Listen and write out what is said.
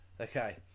okay